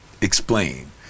explain